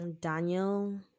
Daniel